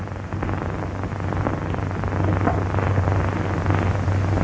since